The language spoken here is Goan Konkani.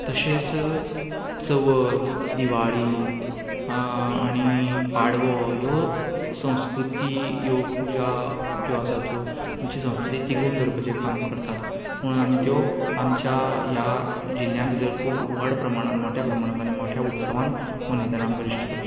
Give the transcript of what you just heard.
तशेंच चवथ दिवाळी आनी पाडवो वो संस्कृती ह्यो पुजा ज्यो आसात त्यो तेंची संस्कृती तिगोवन दवरपाचें काम करतात म्हणून आमी त्यो आमच्या ह्या जिल्ल्या भितर खूब व्हड प्रमाणांत मोठे प्रमाणांत मोठ्या उत्सवांत मनयताना आमकां दिश्टी पडटा